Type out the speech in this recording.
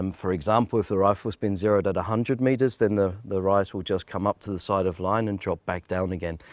um for example if the rifle has been zeroed at one hundred metres then the the rise will just come up to the side of line and drop back down again.